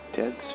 Ted's